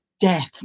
death